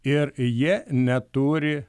ir jie neturi